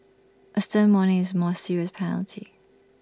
A stern warning is more serious penalty